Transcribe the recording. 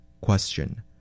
Question